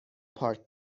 پارک